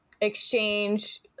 exchange